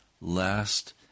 last